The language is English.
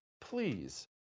Please